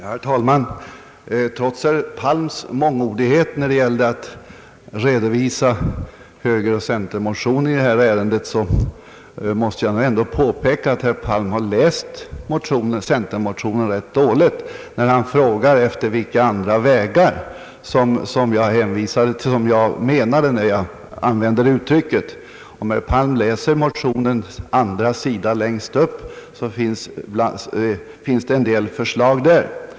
Herr talman! Trots herr Palms mångordighet när det gällde att redovisa högerns och centerns motioner i detta ärende måste jag nog säga, att herr Palm har läst centermotionen rätt dåligt, när han frågar vilka andra vägar jag avsåg då jag använde det uttrycket. Om herr Palm läser längst upp på andra sidan i motionen, finner han en del förslag där.